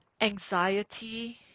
anxiety